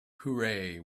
hooray